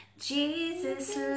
Jesus